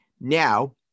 Now